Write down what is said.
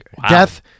Death